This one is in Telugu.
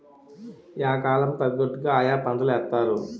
యా కాలం కి తగ్గట్టుగా ఆయా పంటలేత్తారు